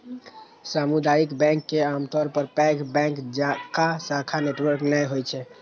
सामुदायिक बैंक के आमतौर पर पैघ बैंक जकां शाखा नेटवर्क नै होइ छै